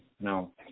no